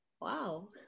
Wow